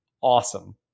awesome